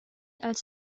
als